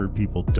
people